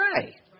pray